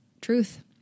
truth